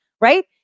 right